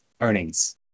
earnings